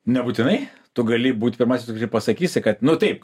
nebūtinai tu gali būt pirmasis kuris pasakysi kad nu taip